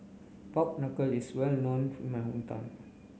Pork Knuckle is well known in my hometown